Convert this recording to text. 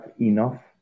enough